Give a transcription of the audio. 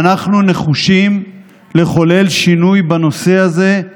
ואנחנו נחושים לחולל שינוי בנושא הזה,